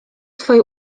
twoje